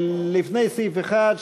לפני סעיף 1,